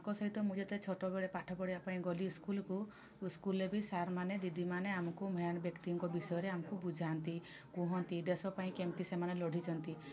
ତାଙ୍କ ସହିତ ମୁଁ ଯେତେ ଛୋଟବେଳେ ପାଠ ପଢ଼ିବା ପାଇଁ ଗଲି ସ୍କୁଲ୍କୁ ସ୍କୁଲ୍ରେ ବି ସାର୍ମାନେ ଦିଦିମାନେ ଆମକୁ ମହାନ୍ ବ୍ୟକ୍ତିଙ୍କ ବିଷୟରେ ଆମକୁ ବୁଝାନ୍ତି କୁହନ୍ତି ଦେଶ ପାଇଁ କେମିତି ସେମାନେ ଲଢ଼ିଛନ୍ତି